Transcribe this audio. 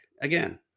again